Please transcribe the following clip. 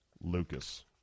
Lucas